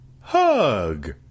hug